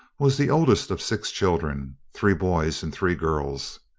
was the oldest of six children three boys and three girls.